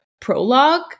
prologue